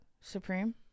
supreme